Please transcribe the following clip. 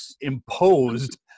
imposed